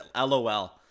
lol